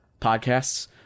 podcasts